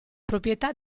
proprietà